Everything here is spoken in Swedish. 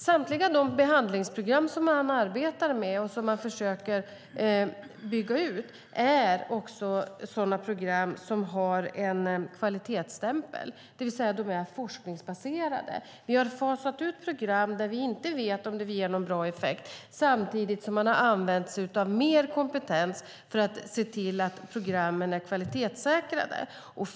Samtliga de behandlingsprogram som man arbetar med och som man försöker bygga ut är program som har en kvalitetsstämpel, det vill säga är forskningsbaserade. Vi har fasat ut program där vi inte vet om de ger någon bra effekt, samtidigt som man har använt sig av mer kompetens för att se till att programmen är kvalitetssäkrade.